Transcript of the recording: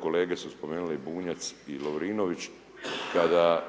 kolege su spomenule Bunjac i Lovrinović, kada